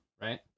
right